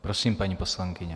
Prosím, paní poslankyně.